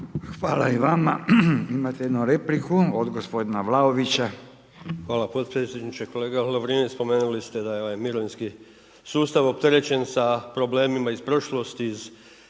Hvala i vama. Imate jednu repliku od gospodina Vlaovića. **Vlaović, Davor (HSS)** Hvala potpredsjedniče. Pa kolega Lovrinović, spomenuli ste da je mirovinski sustav opterećen sa problemima iz prošlosti,